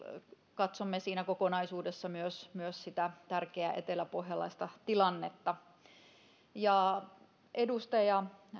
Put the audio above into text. katsomme siinä kokonaisuudessa myös sitä tärkeää eteläpohjalaista tilannetta edustaja